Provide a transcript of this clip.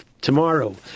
tomorrow